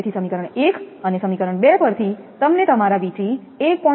તેથી સમીકરણ 1 અને સમીકરણ 2 પર થી તમને તમારા V3 1